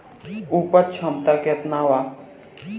उपज क्षमता केतना वा?